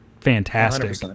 fantastic